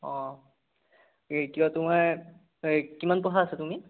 অঁ এই কিবা তোমাৰ এই কিমান পঢ়া আছা তুমি